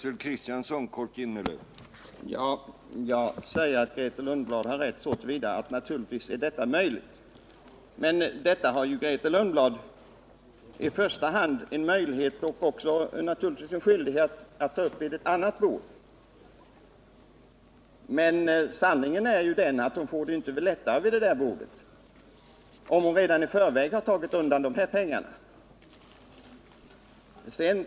Herr talman! Jag vill säga att Grethe Lundblad har rätt så till vida att det hela naturligtvis är möjligt. Men detta har Grethe Lundblad i första hand möjlighet men också naturligtvis skyldighet att ta upp vid ett annat bord. Sanningen är dock den att hon inte får det lättare vid det bordet om hon redan i förväg tagit undan dessa pengar.